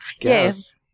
Yes